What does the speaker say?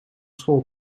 school